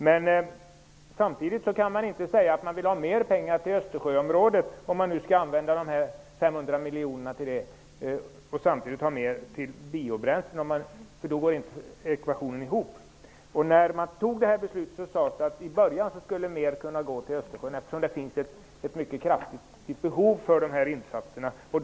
Man kan dock inte säga att man vill ha mer pengar till Östersjöområdet från de 500 miljonerna samtidigt som man också vill ha mera till biobränslen. Då går ekvationen inte ihop. När beslutet fattades uttalade man att till en början skulle mera kunna gå till Östersjön, eftersom det finns ett mycket kraftigt behov av sådana här insatser där.